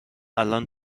الان